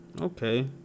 Okay